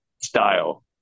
style